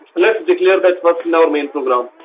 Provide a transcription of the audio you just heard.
lets declare that first in our main program.